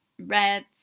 reds